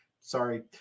sorry